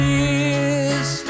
years